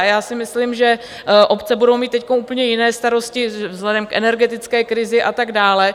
Já si myslím, že obce budou mít teď úplně jiné starosti vzhledem k energetické krizi a tak dále.